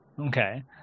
Okay